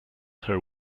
her